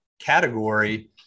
category